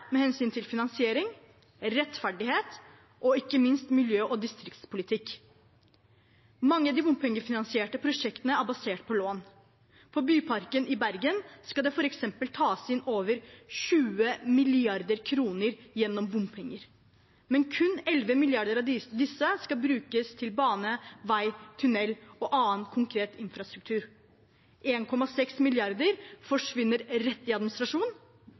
finansiering, rettferdighet og – ikke minst – miljø- og distriktspolitikk. Mange av de bompengefinansierte prosjektene er basert på lån. For bypakken i Bergen skal det f.eks. tas inn over 20 mrd. kr gjennom bompenger, men kun 11 mrd. kr av disse skal brukes til bane, vei, tunnel og annen konkret infrastruktur. 1,6 mrd. kr forsvinner rett til administrasjon